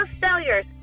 failures